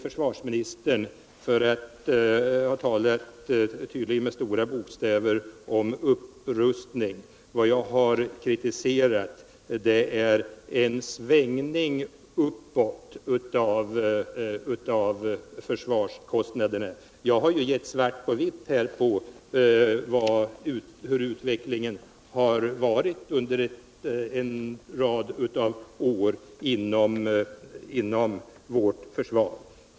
Försvarsministern beskyllde mig för att med stora ord tala om upprustning, men vad jag har kritiserat är en svängning uppåt när det gäller försvarskostnaderna. Jag har ju gett svart på vitt beträffande utvecklingen inom försvaret under en rad år.